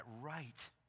right